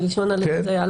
מלשון הטעייה.